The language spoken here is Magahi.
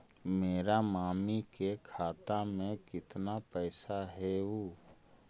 मेरा मामी के खाता में कितना पैसा हेउ?